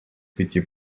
пяти